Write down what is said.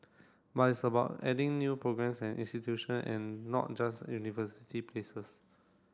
but it's about adding new programmes and institution and not just university places